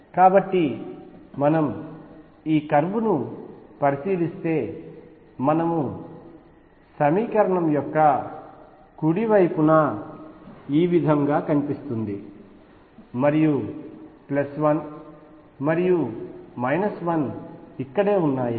కాబట్టి మనము ఈ కర్వ్ ను పరిశీలిస్తే మనము సమీకరణం యొక్క కుడి వైపున ఈ విధంగా కనిపిస్తుంది మరియు 1 మరియు 1 ఇక్కడే ఉన్నాయి